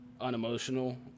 unemotional